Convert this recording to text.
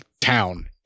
town